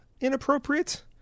inappropriate